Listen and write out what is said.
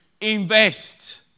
invest